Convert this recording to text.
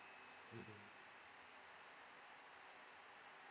mm mm